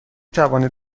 توانید